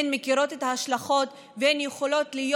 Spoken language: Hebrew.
הן מכירות את ההשלכות והן יכולות להיות